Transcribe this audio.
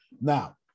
Now